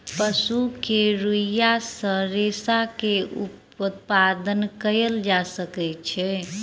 पशु के रोईँयाँ सॅ रेशा के उत्पादन कयल जा सकै छै